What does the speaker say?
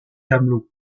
tableau